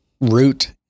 root